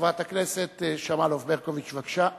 חברת הכנסת שמאלוב-ברקוביץ, בבקשה.